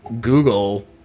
Google